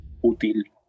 útil